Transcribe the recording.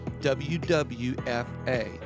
WWFA